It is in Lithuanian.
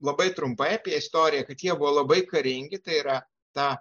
labai trumpai apie istoriją kad jie buvo labai karingi tai yra ta